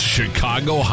Chicago